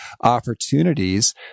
opportunities